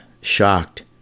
shocked